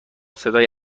صدای